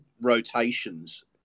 rotations